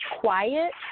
quiet